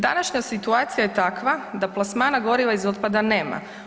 Današnja situacija je takva da plasmana goriva iz otpada nema.